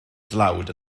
dlawd